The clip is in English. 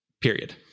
period